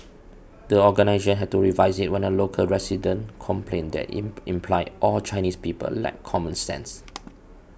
the organisation had to revise it when a local resident complained that it in implied all Chinese people lacked common sense